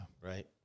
Right